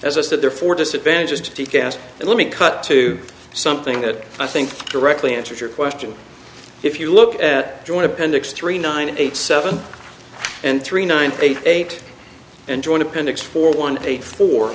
as i said therefore disadvantages to gas and let me cut to something that i think directly answers your question if you look at joint appendix three nine eight seven and three nine eight eight and join appendix four one eight four